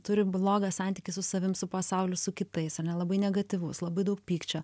turi blogą santykį su savim su pasauliu su kitais labai negatyvus labai daug pykčio